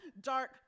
dark